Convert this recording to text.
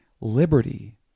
liberty